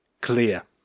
clear